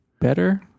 better